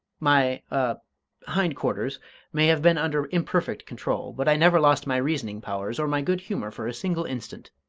my a hind quarters may have been under imperfect control but i never lost my reasoning powers or my good humour for a single instant.